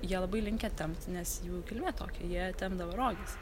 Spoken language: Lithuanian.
jie labai linkę tempt nes jų kilmė tokia jie tempdavo roges